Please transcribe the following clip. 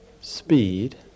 speed